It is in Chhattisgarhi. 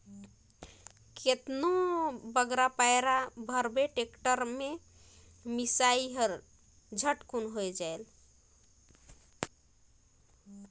कतनो अकन पैरा भरबे टेक्टर में त मिसई हर झट ले हो जाथे